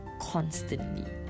constantly